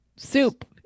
Soup